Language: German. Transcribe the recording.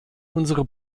unsere